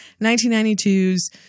1992's